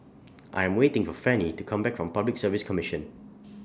I Am waiting For Fannye to Come Back from Public Service Commission